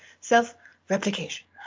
self-replication